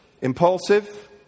impulsive